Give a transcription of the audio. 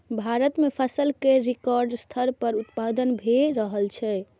भारत मे फसल केर रिकॉर्ड स्तर पर उत्पादन भए रहल छै